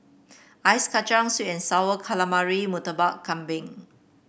Ice Kachang sweet and sour calamari Murtabak Kambing